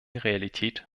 realität